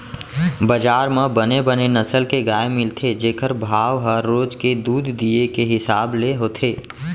बजार म बने बने नसल के गाय मिलथे जेकर भाव ह रोज के दूद दिये के हिसाब ले होथे